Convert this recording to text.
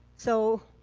so,